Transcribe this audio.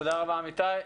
תודה רבה, אמיתי.